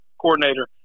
coordinator